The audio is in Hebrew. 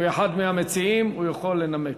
הוא אחד המציעים, הוא יכול לנמק.